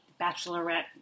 Bachelorette